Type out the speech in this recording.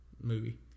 movie